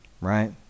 Right